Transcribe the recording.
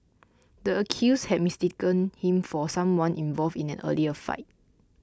the accused had mistaken him for someone involved in an earlier fight